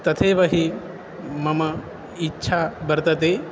तथैव हि मम इच्छा वर्तते